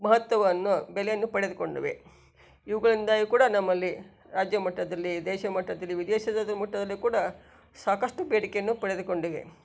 ಮಹತ್ವವನ್ನು ಬೆಲೆಯನ್ನು ಪಡೆದುಕೊಂಡಿವೆ ಇವುಗಳಿಂದಾಗಿ ಕೂಡ ನಮ್ಮಲ್ಲಿ ರಾಜ್ಯ ಮಟ್ಟದಲ್ಲಿ ದೇಶ ಮಟ್ಟದಲ್ಲಿ ವಿದೇಶದ ಮಟ್ಟದಲ್ಲಿ ಕೂಡ ಸಾಕಷ್ಟು ಬೇಡಿಕೆಯನ್ನು ಪಡೆದುಕೊಂಡಿವೆ